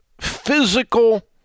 physical